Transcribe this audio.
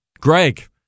Greg